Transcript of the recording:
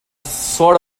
sort